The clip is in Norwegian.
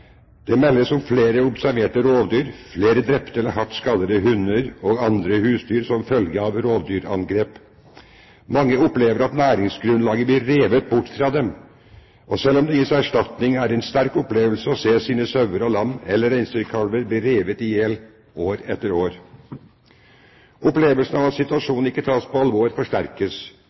Det meldes om flere observerte rovdyr, flere drepte eller hardt skadete hunder og andre husdyr som følge av rovdyrangrep. Mange opplever at næringsgrunnlaget blir revet bort fra dem. Selv om det gis erstatning, er det en sterk opplevelse å se sine sauer og lam eller reinsdyrkalver bli revet i hjel år etter år. Opplevelsen av at situasjonen ikke tas på alvor forsterkes.